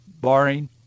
barring